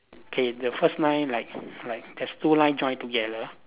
okay the first line like like there's two line join together